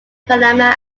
panama